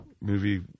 movie